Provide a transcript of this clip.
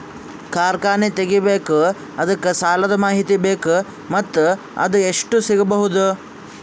ಕಾರ್ಖಾನೆ ತಗಿಬೇಕು ಅದಕ್ಕ ಸಾಲಾದ ಮಾಹಿತಿ ಬೇಕು ಮತ್ತ ಅದು ಎಷ್ಟು ಸಿಗಬಹುದು?